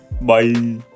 Bye